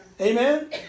Amen